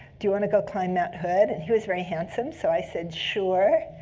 do you want to go climb mount hood? and he was very handsome, so i said sure.